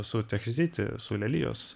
su tech zity su lelijos